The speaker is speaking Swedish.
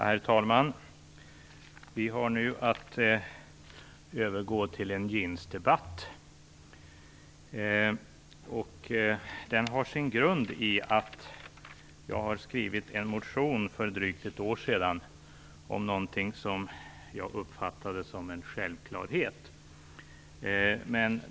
Herr talman! Vi har nu att övergå till en jeansdebatt. Den har sin grund i att jag skrev en motion för drygt ett år sedan om någonting som jag uppfattade som en självklarhet.